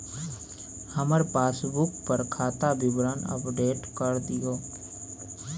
हमर पासबुक पर खाता विवरण अपडेट कर दियो